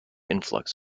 influx